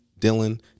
Dylan